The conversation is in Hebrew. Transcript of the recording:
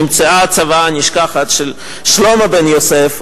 נמצאה הצוואה הנשכחת של שלמה בן יוסף,